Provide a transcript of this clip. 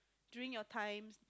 during your times